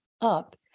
up